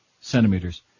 centimeters